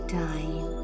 time